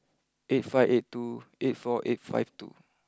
eight five eight two eight four five two